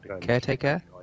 caretaker